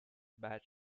bad